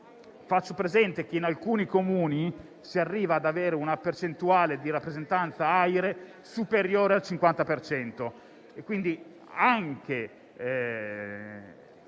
Faccio presente che in alcuni Comuni si arriva ad avere una percentuale di rappresentanza AIRE superiore al 50